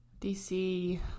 DC